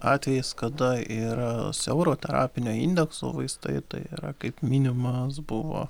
atvejais kada yra siauro terapinio indekso vaistai tai yra kaip minimas buvo